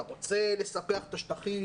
אתה רוצה לספח את השטחים